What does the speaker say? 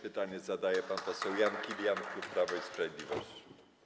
Pytanie zadaje pan poseł Jan Kilian, klub Prawo i Sprawiedliwość.